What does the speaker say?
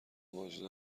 واجد